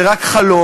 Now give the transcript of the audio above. זה רק חלום.